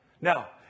Now